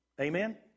Amen